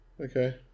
Okay